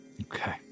Okay